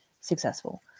successful